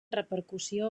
repercussió